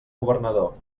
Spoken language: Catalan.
governador